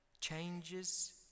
Changes